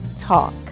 Talk